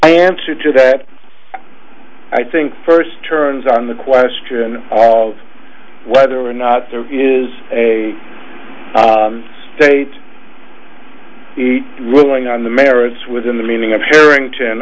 answer to that i think first turns on the question all whether or not there is a state ruling on the merits within the meaning of harrington